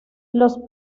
los